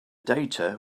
data